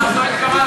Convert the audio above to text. ממש לא התכוונתי,